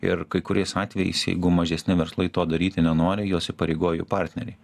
ir kai kuriais atvejais jeigu mažesni verslai to daryti nenori juos įpareigoja jų partneriai